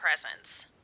presents